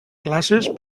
classes